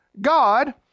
God